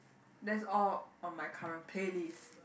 that's all on my current playlist